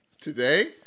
Today